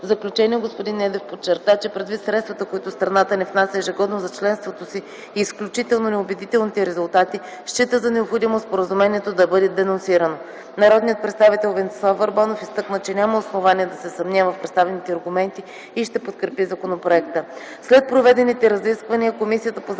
заключение господин Недев подчерта, че предвид средствата, които страната ни внася ежегодно за членството си и изключително неубедителните резултати, счита за необходимо споразумението да бъде денонсирано. Народният представител Венцислав Върбанов изтъкна, че няма основание да се съмнява в представените аргументи и ще подкрепи законопроекта.